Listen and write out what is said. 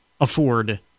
afford